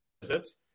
visits